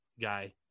guy